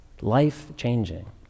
Life-changing